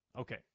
Okay